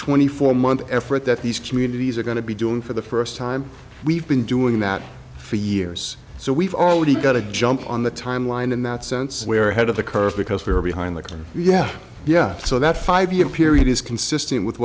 twenty four month effort that these communities are going to be doing for the first time we've been doing that for years so we've already got a jump on the timeline in that sense where ahead of the curve because we're behind the curve yeah yeah so that five year period is consistent with